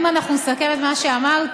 אם אנחנו נסכם את מה שאמרתי,